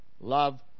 love